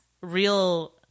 real